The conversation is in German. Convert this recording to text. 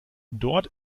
dort